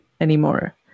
anymore